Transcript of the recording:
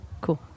cool